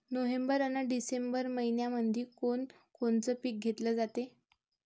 November अन December मइन्यामंधी कोण कोनचं पीक घेतलं जाते?